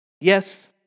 Yes